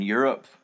Europe